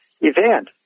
event